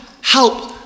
help